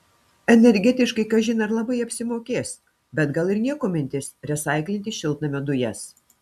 energetiškai kažin ar labai apsimokės bet gal ir nieko mintis resaiklinti šiltnamio dujas